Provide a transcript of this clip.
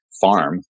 farm